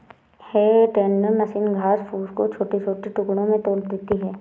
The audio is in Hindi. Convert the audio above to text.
हे टेंडर मशीन घास फूस को छोटे छोटे टुकड़ों में तोड़ देती है